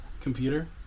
Computer